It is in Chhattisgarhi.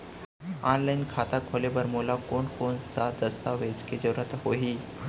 ऑनलाइन खाता खोले बर मोला कोन कोन स दस्तावेज के जरूरत होही?